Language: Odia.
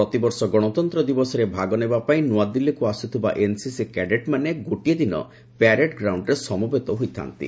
ପ୍ରତିବର୍ଷ ଗଣତନ୍ତ୍ର ଦିବସରେ ଭାଗ ନେବା ପାଇଁ ନୂଆଦିଲ୍ଲୀକୁ ଆସୁଥିବା ଏନ୍ସିସି କ୍ୟାଡେଟ୍ମାନେ ଗୋଟିଏ ଦିନ ପ୍ୟାରେଡ୍ ଗ୍ରାଉଣ୍ଡ୍ରେ ସମବେତ ହୋଇଥାନ୍ତି